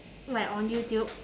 like on youtube